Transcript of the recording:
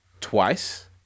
twice